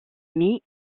amis